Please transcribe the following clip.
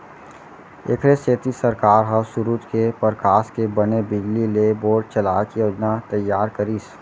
एखरे सेती सरकार ह सूरूज के परकास के बने बिजली ले बोर चलाए के योजना तइयार करिस